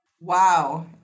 Wow